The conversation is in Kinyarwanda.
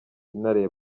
intare